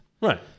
Right